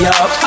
up